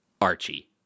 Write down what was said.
Archie